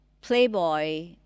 playboy